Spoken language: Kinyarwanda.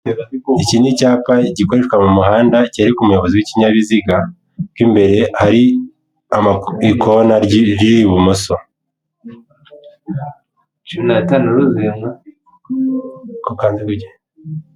Iki ni icyapa gikoreshwa mu muhanda cyereka umuyobozi bw'ikinyabiziga ko imbere ye hari ikona riri ibumoso.